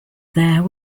there